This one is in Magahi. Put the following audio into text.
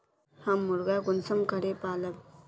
हम मुर्गा कुंसम करे पालव?